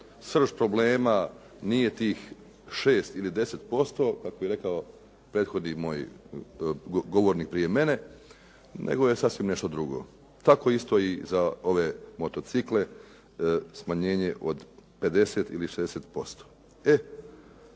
srž problema nije tih 6 ili 10% kako je rekao prethodni moj govornik prije mene, nego je sasvim nešto drugo. Tako isto i za ove motocikle, smanjenje od 50 ili 60%.